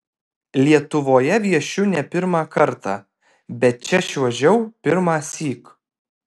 lietuvoje viešiu ne pirmą kartą bet čia čiuožiau pirmąsyk